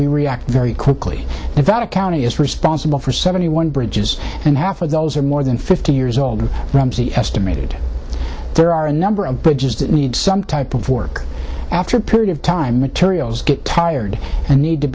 we react very quickly if that a county is responsible for seventy one bridges and half of those are more than fifty years old estimated there are a number of bridges that need some type of work after a period of time materials get tired and need to